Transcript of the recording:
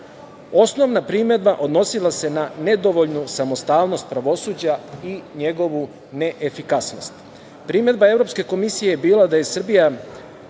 Osnovna primedba odnosila se na nedovoljnu samostalnost pravosuđa i njegovu neefikasnost. Primedba Evropske komisije je bila da Srbija